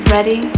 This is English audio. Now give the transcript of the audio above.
Ready